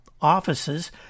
offices